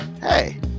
Hey